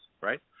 right